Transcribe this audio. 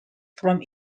from